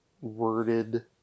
worded